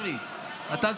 הייתי שם.